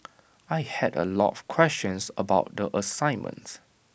I had A lot of questions about the assignment